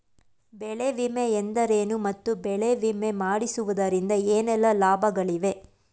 ಬೆಳೆ ವಿಮೆ ಎಂದರೇನು ಮತ್ತು ಬೆಳೆ ವಿಮೆ ಮಾಡಿಸುವುದರಿಂದ ಏನೆಲ್ಲಾ ಲಾಭಗಳಿವೆ?